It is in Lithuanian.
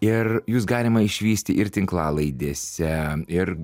ir jus galima išvysti ir tinklalaidėse ir